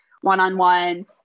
one-on-one